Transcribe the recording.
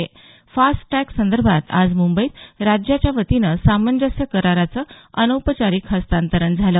fast tag संदर्भात आज मुंबईत राज्याच्या वतीनं सामंजस्य कराराचं अनौपचारिक हस्तांतरण झालं